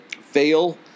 fail